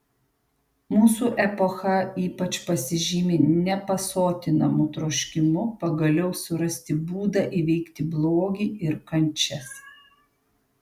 mūsų epocha ypač pasižymi nepasotinamu troškimu pagaliau surasti būdą įveikti blogį ir kančias